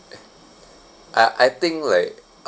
I I think like